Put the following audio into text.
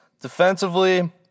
Defensively